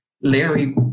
Larry